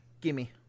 Gimme